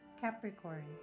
Capricorn